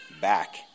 back